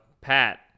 Pat